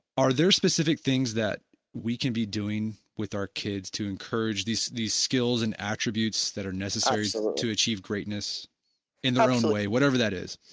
are there specific things that we can be doing with our kids to encourage these these skills and attributes that are necessary so to achieve greatness in their own way, whatever that is?